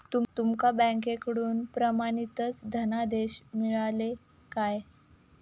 तुमका बँकेकडून प्रमाणितच धनादेश मिळाल्ले काय?